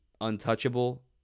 untouchable